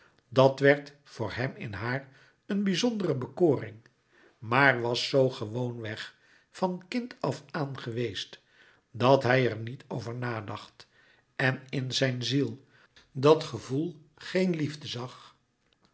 dat werd voor hem in haar eene bizondere bekoring maar was zoo gewoon-weg van kind af aan geweest dat hij er niet over nadacht en in zijn ziel dat gevoel geen liefde zag